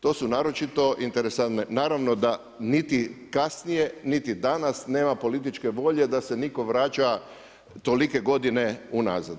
To su naročito interesantne, naravno da niti kasnije niti danas, nema političke volje da se nitko vraća tolike godine unazad.